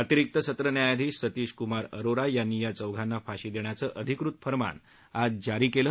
अतिरिक्त सत्र न्यायाधीश सतीश कमार अरोरा यांनी या चौघांना फाशी देण्याचं अधिकत फर्मान आज जारी केलं